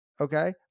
Okay